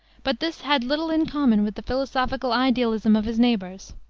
but this had little in common with the philosophical idealism of his neighbors.